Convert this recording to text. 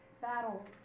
battles